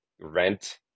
rent